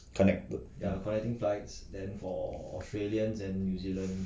connect